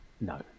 No